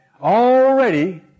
already